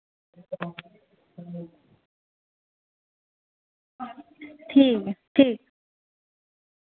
ठीक ऐ ठीक